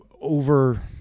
over